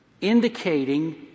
indicating